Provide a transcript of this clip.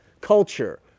culture